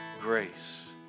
grace